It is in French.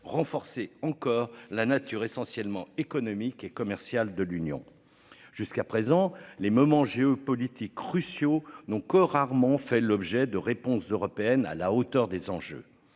renforcer encore la nature essentiellement économique et commercial de l'Union jusqu'à présent les moments géopolitique. Cruciaux donc que rarement fait l'objet de réponse européenne à la hauteur des enjeux.